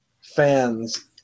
fans